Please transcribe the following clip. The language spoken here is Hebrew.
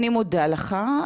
אני מודה לך,